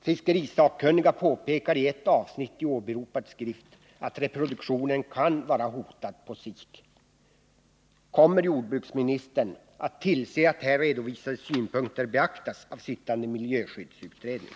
Fiskerisakkunniga påpekar i ett avsnitt i åberopad skrift att reproduktionen av sik kan vara hotad. Kommer jordbruksministern att tillse att här framförda synpunkter beaktas i sittande miljöskyddsutredning?